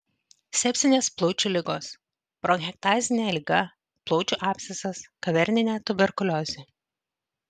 sepsinės plaučių ligos bronchektazinė liga plaučių abscesas kaverninė tuberkuliozė